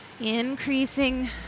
Increasing